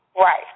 Right